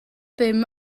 ddim